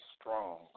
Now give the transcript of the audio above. strong